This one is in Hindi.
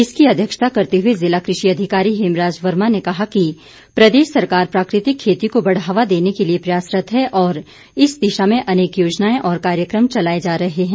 इसकी अध्यक्षता करते हुए जिला कृषि अधिकारी हेमराज वर्मा ने कहा कि प्रदेश सरकार प्राकृतिक खेती को बढ़ावा देने के लिए प्रयासरत है और इस दिशा में अनेक योजनाएं और कार्यक्रम चलाए जा रहे हैं